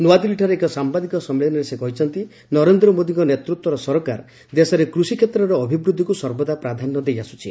ନୂଆଦିଲ୍ଲୀରେ ଏକ ସମ୍ଭାଦିକ ସମ୍ମିଳନୀରେ ସେ କହିଛନ୍ତି ନରେନ୍ଦ୍ର ମୋଦୀଙ୍କ ନେତୃତ୍ୱର ସରକାର ଦେଶରେ କୃଷି କ୍ଷେତ୍ରର ଅଭିବୃଦ୍ଧିକୁ ସର୍ବଦା ପ୍ରାଧାନ୍ୟ ଦେଇ ଆସୁଛନ୍ତି